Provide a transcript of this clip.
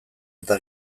eta